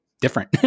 different